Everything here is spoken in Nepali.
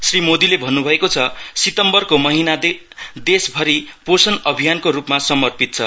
श्री मोदीले भन्नुभएको छ सितम्बरको महिना देश भरि पोषण अभियानको रूपमा समर्पित छ